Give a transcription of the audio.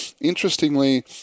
Interestingly